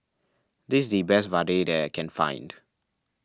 this is the best Vadai that I can find